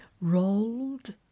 rolled